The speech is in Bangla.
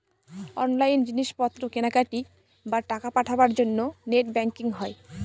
অনলাইন জিনিস পত্র কেনাকাটি, বা টাকা পাঠাবার জন্য নেট ব্যাঙ্কিং হয়